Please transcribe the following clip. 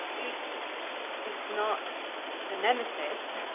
if it's not the nemesis,